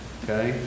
okay